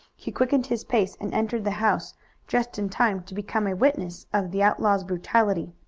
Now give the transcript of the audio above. he quickened his pace and entered the house just in time to become a witness of the outlaw's brutality.